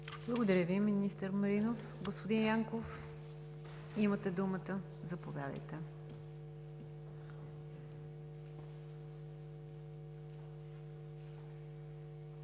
Благодаря Ви, министър Маринов. Господин Янков, имате думата. Заповядайте.